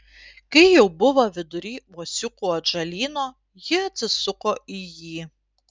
kai jau buvo vidury uosiukų atžalyno ji atsisuko į jį